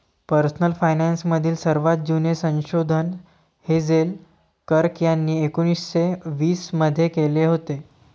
personal finance मधील सर्वात जुने संशोधन हेझेल कर्क यांनी एकोन्निस्से वीस मध्ये केले होते